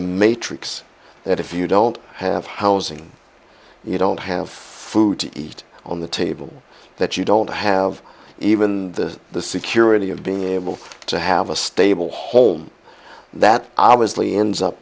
a matrix that if you don't have housing you don't have food to eat on the table that you don't have even the the security of being able to have a stable home that obviously ends up